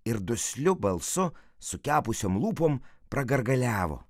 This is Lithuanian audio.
ir dusliu balsu sukepusiom lūpom pagargaliavo